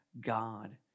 God